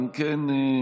אם כן,